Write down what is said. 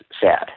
sad